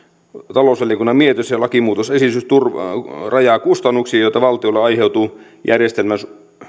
talousvaliokunnan mietintö ja lakimuutosesitys rajaa kustannuksia joita valtiolle aiheutuu järjestelmän